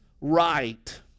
right